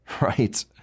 right